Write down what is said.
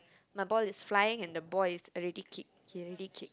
my ball is flying and the boy is already kick he already kick